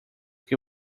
que